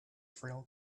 frail